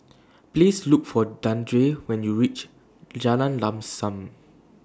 Please Look For Dandre when YOU REACH Jalan Lam SAM